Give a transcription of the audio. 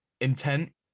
intent